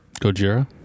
Gojira